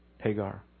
Hagar